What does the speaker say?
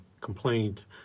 complaint